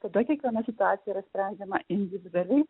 tada kiekviena situacija sprendžiama individualiai